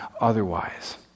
otherwise